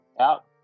out